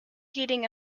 heating